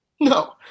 No